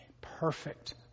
Perfect